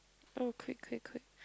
oh quick quick quick